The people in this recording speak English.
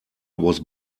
was